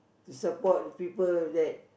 to support people that